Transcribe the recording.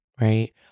right